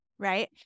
Right